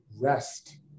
rest